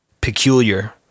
peculiar